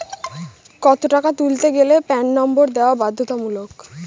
কত টাকা তুলতে গেলে প্যান নম্বর দেওয়া বাধ্যতামূলক?